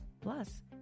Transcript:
Plus